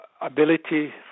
Ability